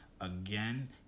again